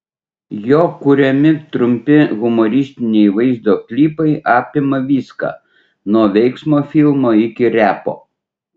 jo kuriami trumpi humoristiniai vaizdo klipai apima viską nuo veiksmo filmo iki repo